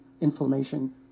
inflammation